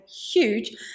huge